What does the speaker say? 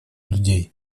людей